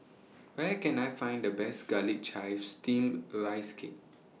Where Can I Find The Best Garlic Chives Steamed A Rice Cake